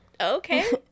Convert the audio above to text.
Okay